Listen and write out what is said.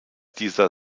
dieser